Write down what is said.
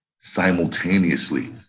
simultaneously